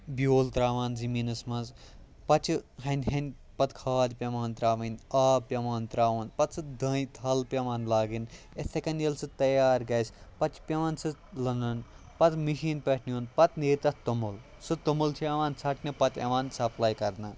بیٛول ترٛاوان زٔمیٖنَس منٛز پَتہٕ چھِ ہنہِ ہنہِ پَتہٕ کھاد پیٚوان ترٛاوٕنۍ آب پیٚوان ترٛاوُن پَتہٕ سُہ دانہِ تھل پیٚوان لاگٕنۍ یِتھٔے کٔنۍ ییٚلہِ سُہ تیار گَژھہِ پَتہٕ چھُ پیٚوان سُہ لونُن پَتہٕ مِشیٖن پٮ۪ٹھ نیٛن پَتہٕ نیرِ تَتھ توٚمُل سُہ توٚمُل چھُ یِوان ژھَٹنہٕ پَتہٕ یِوان سَپلاے کَرنہٕ